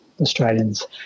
Australians